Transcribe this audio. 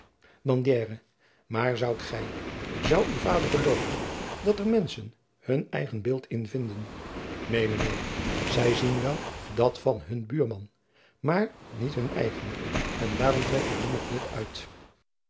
maar zoudt gij zou uw vader gelooven dat er de menschen hun eigen beeld in vinden neen mijn heer zij zien wel dat van hunn buurman maar niet hun eigen en daarom trekt er niemand nut uit